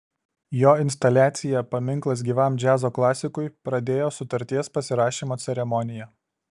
jo instaliacija paminklas gyvam džiazo klasikui pradėjo sutarties pasirašymo ceremoniją